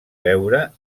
beure